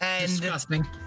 Disgusting